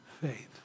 faith